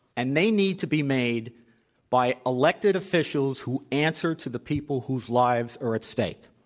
and they need to be made by elected officials who answer to the people whose lives are at stake.